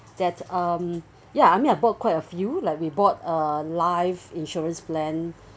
that um ya I mean I bought quite a few like we bought a life insurance plan